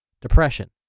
depression